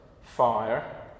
fire